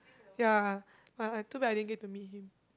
ya but too bad I didn't get to meet him